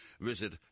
visit